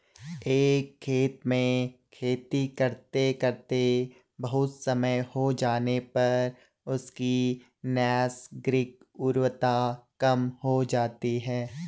एक खेत में खेती करते करते बहुत समय हो जाने पर उसकी नैसर्गिक उर्वरता कम हो जाती है